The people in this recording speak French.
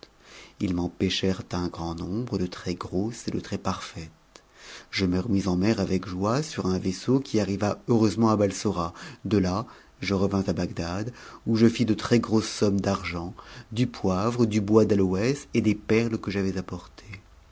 ils m'en péchèrent un grand nombre de trèsgrosses et de très parfaites je me remis en mer avec joie sur un vaisseau qui arriva heureusement à balsora de là je revins à bagdad où je fis de rës grosses sommes d'argent du poivre du bois d'aloès et des perles que j'avais appor